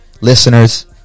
Listeners